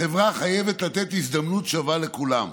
החברה חייבת לתת הזדמנות שווה לכולם.